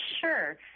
Sure